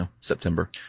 September